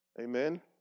amen